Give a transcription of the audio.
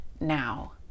now